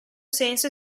senso